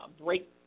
break